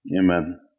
Amen